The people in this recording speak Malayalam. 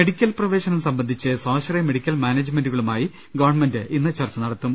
മെഡിക്കൽ പ്രവേശനം സംബന്ധിച്ച് സ്വാശ്രയ മെഡിക്കൽ മാനേ ജ്മെന്റുകളുമായി ഗവൺമെന്റ് ഇന്ന് ചർച്ച നടത്തും